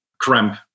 cramp